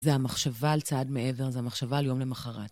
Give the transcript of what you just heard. זה המחשבה על צעד מעבר, זה המחשבה על יום למחרת.